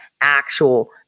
actual